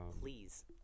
Please